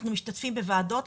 אנחנו משתתפים בוועדות,